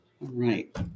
right